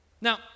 Now